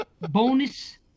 Bonus